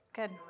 Good